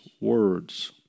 words